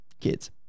kids